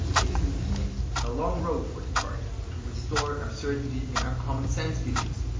it is indeed a long road for descartes to restore our certainly in our common sense beliefs,